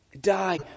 die